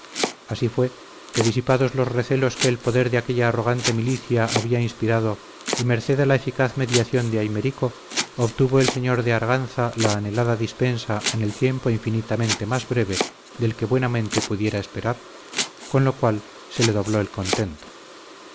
así fue que disipados los recelos que el poder de aquella arrogante milicia había inspirado y merced a la eficaz mediación de aymerico obtuvo el señor de arganza la anhelada dispensa en tiempo infinitamente más breve del que buenamente pudiera esperar con lo cual se le dobló el contento